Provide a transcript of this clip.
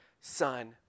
son